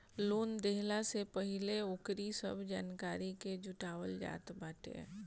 loan देहला से पहिले ओकरी सब जानकारी के जुटावल जात बाटे